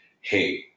hey